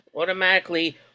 automatically